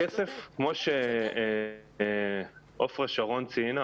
כמו שעפרה שרון ציינה,